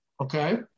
Okay